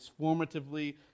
transformatively